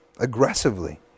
aggressively